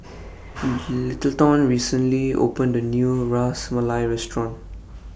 Littleton recently opened A New Ras Malai Restaurant